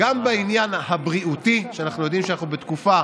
גם בעניין הבריאותי, כשאנחנו יודעים שאנחנו בתקופה